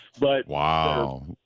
Wow